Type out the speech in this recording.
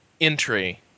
entry